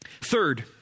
Third